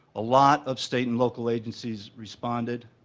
a lot of state and local agencies responded.